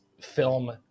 film